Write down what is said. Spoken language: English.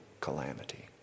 calamity